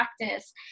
practice